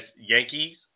Yankees